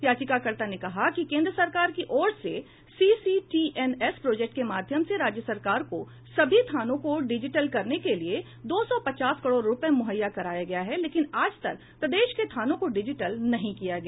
याचिकाकर्ता ने कहा कि केंद्र सरकार की ओर से सीसीटीएनएस प्रोजेक्ट के माध्यम से राज्य सरकार को सभी थानों को डिजीटल करने के लिए दो सौ पचास करोड़ रुपया मुहैया कराया गया है लेकिन आज तक प्रदेश के थानों को डिजिटल नहीं किया गया